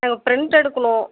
print எடுக்கணும்